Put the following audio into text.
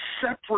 separate